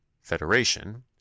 federation